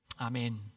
Amen